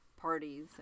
parties